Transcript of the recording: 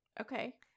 Okay